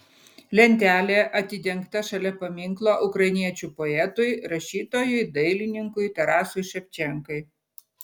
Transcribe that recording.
lentelė atidengta šalia paminklo ukrainiečių poetui rašytojui dailininkui tarasui ševčenkai